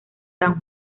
san